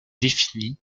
défini